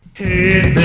hey